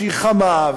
שהיא חמה,